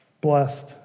blessed